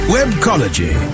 Webcology